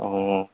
অঁ